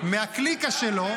מהקליקה שלו.